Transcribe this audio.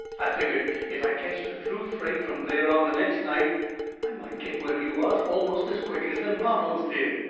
i figgered if i ketched a through freight from there on the next night i might get where he was almost as quick as them bottles did.